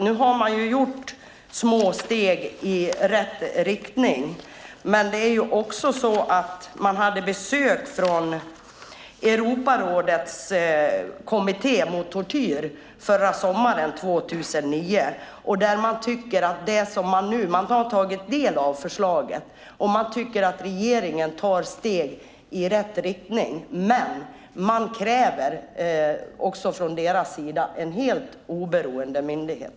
Nu har man gjort små steg i rätt riktning. Man hade besök från Europarådets kommitté mot tortyr förra sommaren, 2009. De har tagit del av förslaget, och de tycker att regeringen tar steg i rätt riktning, men man kräver också från deras sida en helt oberoende myndighet.